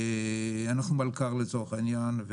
אנחנו מלכ"ר לצורך העניין,